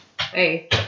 Hey